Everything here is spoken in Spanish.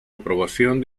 aprobación